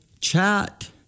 chat